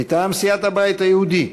מטעם סיעת הבית היהודי: